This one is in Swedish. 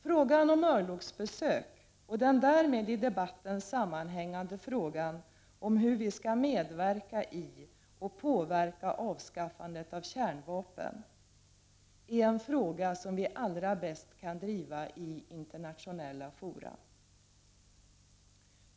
Frågan om örlogsbesök och den därmed i debatten sammanhängande frågan om hur vi skall medverka i och påverka avskaffandet av kärnvapen är en fråga som vi allra bäst kan driva i internationella fora.